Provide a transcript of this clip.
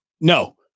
No